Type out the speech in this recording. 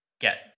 get